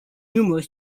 numerous